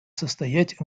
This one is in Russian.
состоять